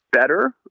better